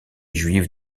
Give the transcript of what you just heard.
juive